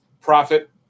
profit